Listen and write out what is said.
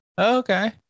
Okay